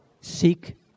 seek